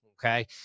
okay